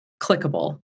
clickable